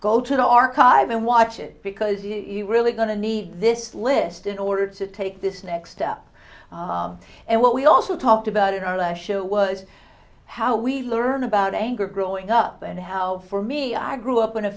go to the archive and watch it because you're really going to need this list in order to take this next step and what we also talked about in our last show was how we learn about anger growing up and how for me i grew up in a